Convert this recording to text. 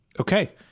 Okay